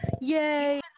Yay